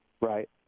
right